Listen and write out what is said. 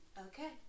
Okay